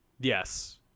Yes